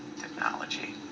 technology